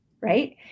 right